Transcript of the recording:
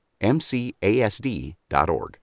MCASD.org